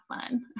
fun